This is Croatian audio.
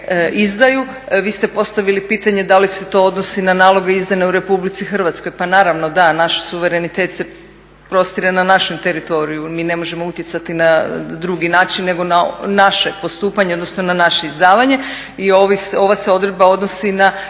izdaju. Vi ste postavili pitanje da li se to odnosi na naloge izdane u RH? Pa naravno, da. Naš suverenitet se prostire na našem teritoriju, mi ne možemo utjecati na drugi način nego na naše postupanje, odnosno na naše izdavanje. I ova se odredba odnosi na